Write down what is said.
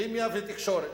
כימיה ותקשורת,